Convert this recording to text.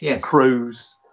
cruise